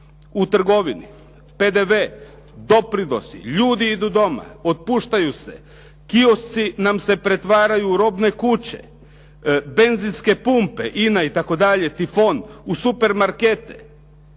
u trgovini, PDV, doprinosi, ljudi idu doma, otpuštaju se, kiosci nam se pretvaraju u robne kuće, benzinske pumpe, INA, itd., Tifon u supermarkete